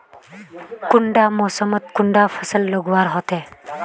कुंडा मोसमोत कुंडा फसल लगवार होते?